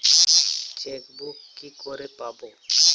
Chequebook কি করে পাবো?